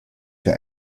für